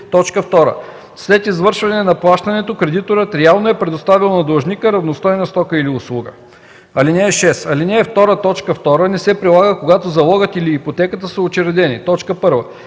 след извършване на плащането кредиторът реално е предоставил на длъжника равностойна стока или услуга. (6) Алинея 2, т. 2 не се прилага, когато залогът или ипотеката са учредени: